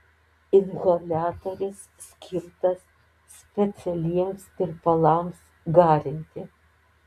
inhaliatorius skirtas specialiems tirpalams garinti